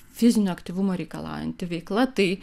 fizinio aktyvumo reikalaujanti veikla tai